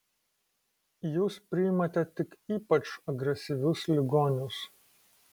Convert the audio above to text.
jūs priimate tik ypač agresyvius ligonius